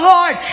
Lord